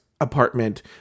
apartment